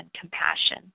compassion